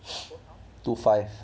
two five